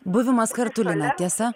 buvimas kartu lina tiesa